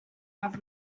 have